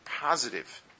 positive